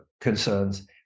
concerns